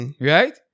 right